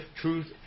Truth